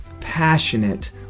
passionate